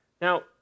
Now